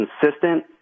consistent